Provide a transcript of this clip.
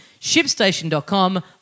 ShipStation.com